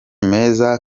meza